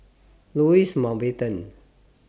Louis Mountbatten